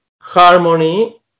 harmony